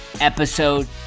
episode